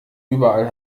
überall